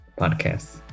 podcast